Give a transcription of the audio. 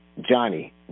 Johnny